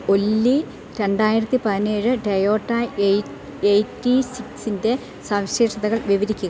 ഒല്ലി രണ്ടായിരത്തി പതിനേഴ് ടൊയോട്ട എയി എയിറ്റി സിക്സിൻ്റെ സവിശേഷതകൾ വിവരിക്കുക